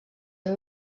amb